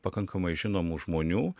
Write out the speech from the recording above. pakankamai žinomų žmonių